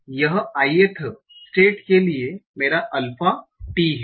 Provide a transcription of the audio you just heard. इसलिए यह ith state के लिए मेरा अल्फा t है